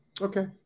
Okay